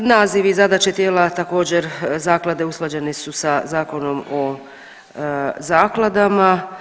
Nazivi i zadaće tijela također zaklade usklađeni su sa Zakonom o zakladama.